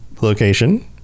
location